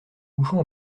bouchons